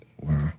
Wow